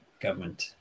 government